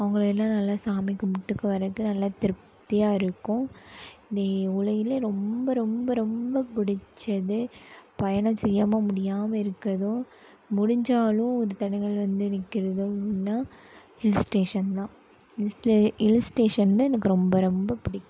அவங்களை எல்லாம் நல்லா சாமி கும்பிட்டு வரதுக்கு நல்லா திருப்தியாக இருக்கும் இந்த உலகிலே ரொம்ப ரொம்ப ரொம்ப பிடிச்சது பயணம் செய்யாமல் முடியாமல் இருக்கதும் முடிஞ்சாலும் ஒரு தடங்கல் வந்து நிற்கிறதும்னா ஹில்ஸ் ஸ்டேஷன் தான் ஹில்ஸ் ஸ்டேஷன் தான் எனக்கு ரொம்ப ரொம்ப பிடிக்கும்